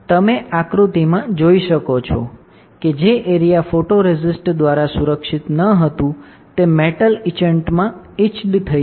તમે આકૃતિમાં જોઈ શકો છો કે જે એરિયા ફોટોરેસિસ્ટ દ્વારા સુરક્ષિત ન હતું તે મેટલ ઇચેન્ટમાં ઇચેડ્ થઈ જશે